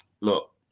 look